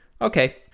Okay